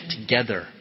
together